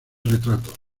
retratos